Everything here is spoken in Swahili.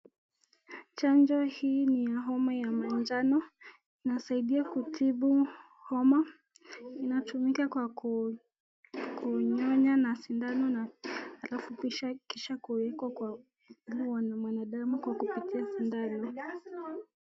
Chanjo hii niya homa ya manjano inasaidia kutibu homa, inatumika kwa kunyonya na sindano alafu kisha kuwekwa kwa mwili ya mwanadamu kwa kupitia sindano.